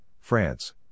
France